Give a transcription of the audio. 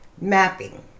mapping